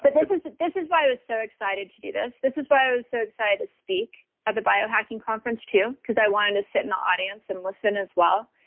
but this this is why i was so excited to do this. this is why i was so excited to speak at the biohacking conference too because i wanted to sit in the audience and listen as well.